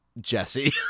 Jesse